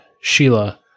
Sheila